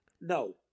No